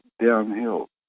downhill